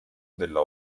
della